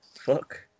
fuck